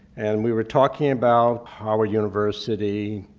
and we were talking about howard university,